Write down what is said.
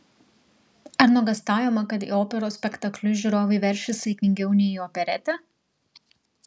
ar nuogąstaujama kad į operos spektaklius žiūrovai veršis saikingiau nei į operetę